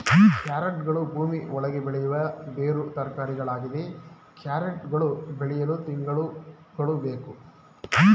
ಕ್ಯಾರೆಟ್ಗಳು ಭೂಮಿ ಒಳಗೆ ಬೆಳೆಯುವ ಬೇರು ತರಕಾರಿಯಾಗಿದೆ ಕ್ಯಾರೆಟ್ ಗಳು ಬೆಳೆಯಲು ತಿಂಗಳುಗಳು ಬೇಕು